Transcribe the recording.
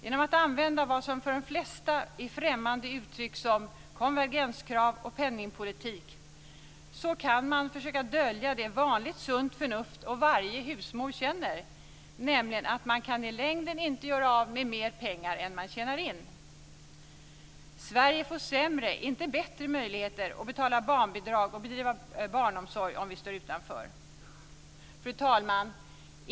Genom att använda vad som för de flesta är främmande uttryck som "konvergenskrav" och "penningpolitik" kan man försöka dölja det som vanligt sunt förnuft och varje husmor känner, nämligen att man kan inte i längden göra av med mer pengar än man tjänar in. Sverige får sämre, inte bättre, möjligheter att betala barnbidrag och bedriva äldreomsorg om vi står utanför. Fru talman!